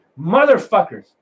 motherfuckers